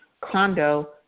condo